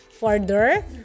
Further